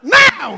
now